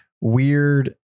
weird